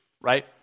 right